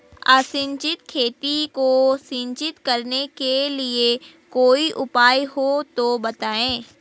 असिंचित खेती को सिंचित करने के लिए कोई उपाय हो तो बताएं?